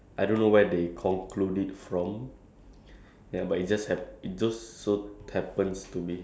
depends lah like all the races have their own beliefs ya so this is one our one of our one that is like